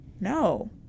No